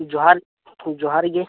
ᱡᱚᱦᱟᱨ ᱡᱚᱦᱟᱨᱜᱮ